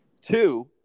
Two